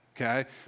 okay